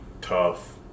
tough